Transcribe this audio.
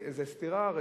זו ממש תרבות נהיגה אחרת.